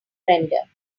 render